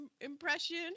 impression